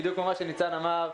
בדיוק כפי שניצן הורוביץ אמר,